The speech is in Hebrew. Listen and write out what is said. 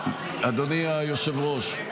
אדוני היושב-ראש,